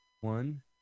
one